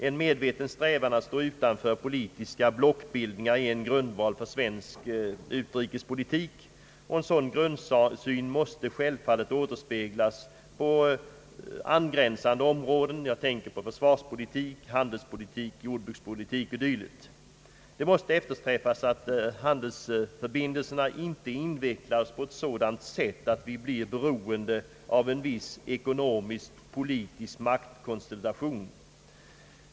En medveten strävan att stå utanför politiska blockbildningar är en grundval för svensk utrikespolitik, En sådan grundsyn måste självfallet återspegla sig på angränsande områden, såsom Ang. den ekonomiska politiken, m.m. försvarspolitik, handelspolitik, jordbrukspolitik o. s. v. Det måste eftersträvas att handelsförbindelserna inte utvecklas på sådant sätt att vi blir beroende av en viss ekonomisk politisk maktkonstellation.